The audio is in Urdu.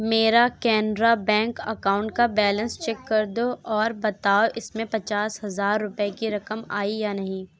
میرا کینرا بینک اکاؤنٹ کا بیلنس چیک کر دو اور بتاؤ اس میں پچاس ہزار روپے کی رقم آئی یا نہیں